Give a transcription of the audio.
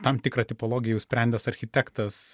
tam tikrą tipologiją jau sprendęs architektas